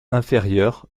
inférieures